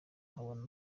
nkabona